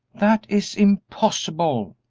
that is impossible,